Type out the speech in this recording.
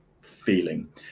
feeling